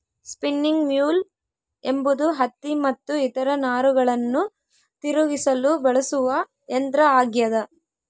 spinning mule ಎಂಬುದು ಹತ್ತಿ ಮತ್ತು ಇತರ ನಾರುಗಳನ್ನು ತಿರುಗಿಸಲು ಬಳಸುವ ಯಂತ್ರ ಆಗ್ಯದ